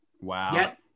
wow